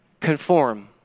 Conform